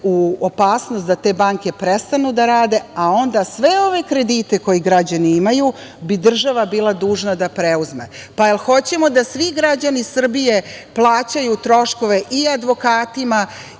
u opasnost da te banke prestanu da rade, a onda sve ove kredite koji građani imaju bi država bila dužna da preuzme. Pa, jel hoćemo da svi građani Srbije plaćaju troškove i advokatima